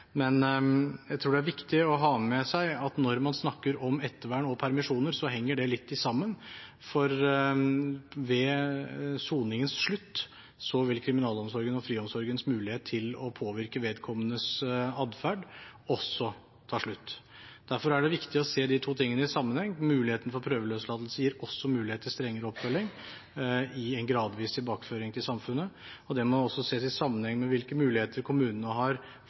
Men jeg tror det er viktig å ha med seg at når man snakker om ettervern og permisjoner, henger det litt sammen, for ved soningens slutt vil kriminalomsorgens og friomsorgens mulighet til å påvirke vedkommendes adferd også ta slutt. Derfor er det viktig å se de to tingene i sammenheng. Muligheten for prøveløslatelse gir også mulighet til strengere oppfølging i en gradvis tilbakeføring til samfunnet, og det må også ses i sammenheng med hvilke muligheter kommunene har